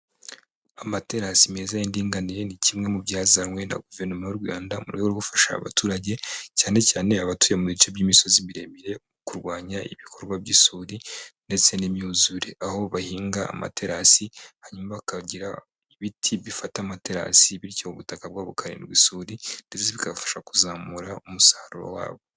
Amaterasi meza y'indinganire ni kimwe mu byazanywe na guverinoma y'u Rwanda mu rwego rwo gufasha abaturage, cyane cyane abatuye mu bice by'imisozi miremire, kurwanya ibikorwa by'isuri, ndetse n'imyuzure, aho bahinga amaterasi, hanyuma bakagira ibiti bifata amaterasi bityo ubutaka bwabo bukarindwa isuri, ndetse bikabafasha kuzamura umusaruro wabo.